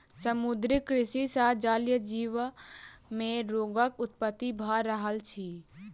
समुद्रीय कृषि सॅ जलीय जीव मे रोगक उत्पत्ति भ रहल अछि